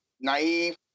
naive